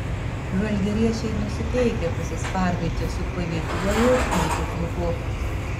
žalgiriečiai nusiteikę pasispardyti su pajėgiuoju chimki klubu